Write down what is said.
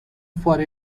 for